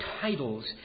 titles